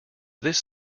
this